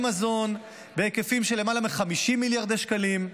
מזון בהיקפים של למעלה מ-50 מיליארדי שקלים.